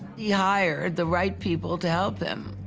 he hired the right people to help him,